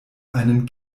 einen